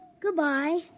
Goodbye